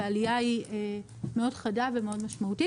והעלייה היא מאוד חדה ומאוד משמעותית.